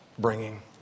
bringing